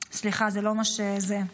סליחה, זה לא זה.